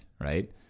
Right